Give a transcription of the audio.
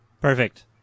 Perfect